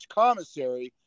commissary